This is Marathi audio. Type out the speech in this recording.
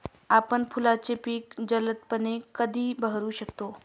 आपण फुलांची पिके जलदपणे कधी बहरू शकतो?